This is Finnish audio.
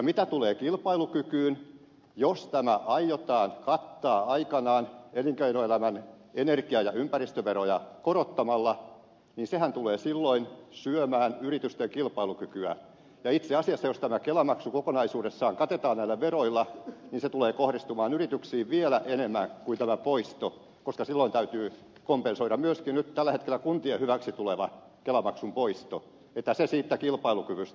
mitä tulee kilpailukykyyn jos tämä aiotaan kattaa aikanaan elinkeinoelämän energia ja ympäristöveroja korottamalla sehän tulee silloin syömään yritysten kilpailukykyä ja itse asiassa jos tämä kelamaksu kokonaisuudessaan katetaan näillä veroilla niin se tulee kohdistumaan yrityksiin vielä enemmän kuin tämä poisto koska silloin täytyy kompensoida myöskin nyt tällä hetkellä kuntien hyväksi tuleva kelamaksun poisto joten se siitä kilpailukyvystä